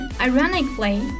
ironically